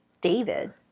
David